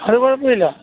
അത് കുഴപ്പമില്ല